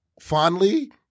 fondly